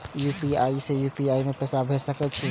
हम यू.पी.आई से यू.पी.आई में पैसा भेज सके छिये?